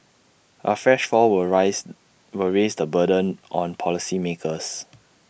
A fresh fall will rise will raise the burden on policymakers